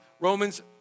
Romans